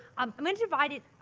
um i'm going to divide it,